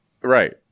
right